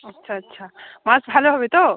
আচ্ছা আচ্ছা মাছ ভালো হবে তো